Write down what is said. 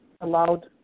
allowed